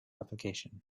application